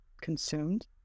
consumed